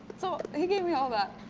so he gave me all that.